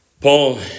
Paul